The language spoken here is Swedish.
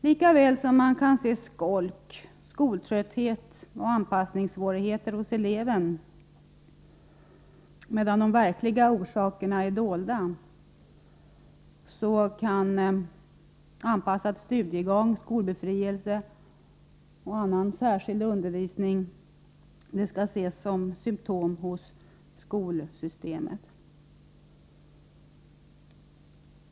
Lika väl som man kan se skolk, skoltrötthet och anpassningssvårigheter hos eleven, medan de verkliga orsakerna är dolda, så kan anpassad studiegång, skolbefrielse och annan särskild undervisning ses som symtom i skolsystemet.